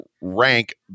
rank